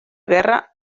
guerra